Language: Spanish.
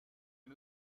han